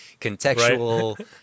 contextual